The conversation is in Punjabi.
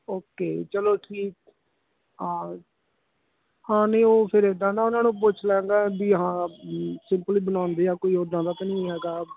ਓਕੇ ਚਲੋ ਠੀਕ ਹਾਂ ਹਾਂ ਨਹੀਂ ਉਹ ਫਿਰ ਇੱਦਾਂ ਦਾ ਉਹਨਾਂ ਨੂੰ ਪੁੱਛ ਲੈਣਾ ਵੀ ਹਾਂ ਸਿੰਪਲ ਬਣਾਉਂਦੇ ਆ ਕੋਈ ਉੱਦਾਂ ਦਾ ਤਾਂ ਨਹੀਂ ਹੈਗਾ